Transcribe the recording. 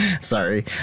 sorry